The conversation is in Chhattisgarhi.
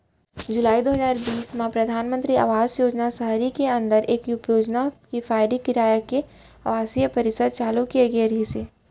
जुलाई दू हजार बीस म परधानमंतरी आवास योजना सहरी के अंदर एक उपयोजना किफायती किराया के आवासीय परिसर चालू करे गिस हे